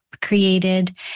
Created